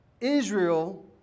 Israel